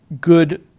good